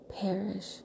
perish